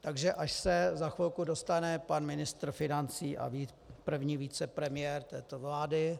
Takže až se za chvilku dostane pan ministr financí a první vicepremiér této vlády...